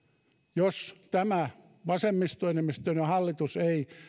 jos tämä vasemmistoenemmistöinen hallitus ei